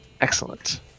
Excellent